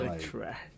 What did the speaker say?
trash